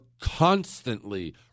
constantly